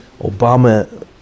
Obama